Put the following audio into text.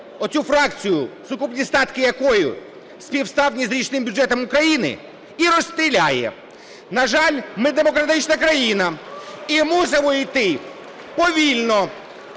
оцю фракцію, сукупні статки якої співставні з річним бюджетом України, і розстріляє. На жаль, ми демократична країна і мусимо йти повільно